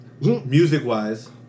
music-wise